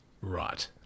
Right